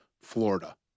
Florida